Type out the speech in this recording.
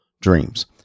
dreams